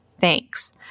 Thanks